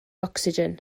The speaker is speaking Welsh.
ocsigen